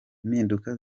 impinduka